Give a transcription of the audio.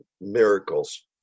Miracles